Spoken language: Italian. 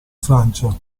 francia